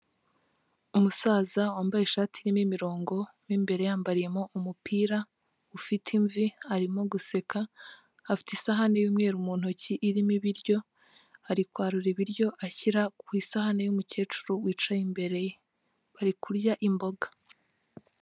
Umusaza wambaye ishati irimo imirongo, mo imbere yambariyemo umupira, ufite imvi, arimo guseka, afite isahani y'umweru mu ntoki irimo ibiryo, ari kwarura ibiryo ashyira ku isahane y'umukecuru, wicaye imbere ye. Ari kurya imboga.